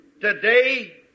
today